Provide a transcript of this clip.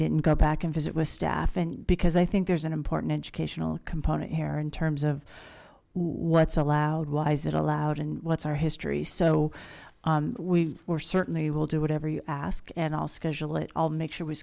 didn't go back and visit with staff and because i think there's an important educational component here in terms of what's allowed why is it allowed and what's our history so we were certainly will do whatever you ask and i'll schedule it i'll make sure we